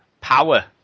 Power